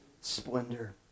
splendor